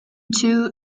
too